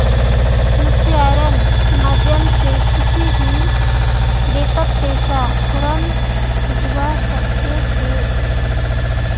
यूपीआईर माध्यम से किसी भी बैंकत पैसा फौरन भेजवा सके छे